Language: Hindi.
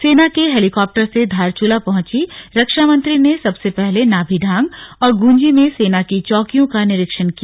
सेना के हेलीकॉप्टर से धारचूला पहुंची रक्षा मंत्री ने सबसे पहले नाभिढांग और गुंजी में सेना की चौकियों का निरीक्षण किया